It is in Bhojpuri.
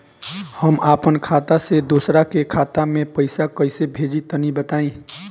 हम आपन खाता से दोसरा के खाता मे पईसा कइसे भेजि तनि बताईं?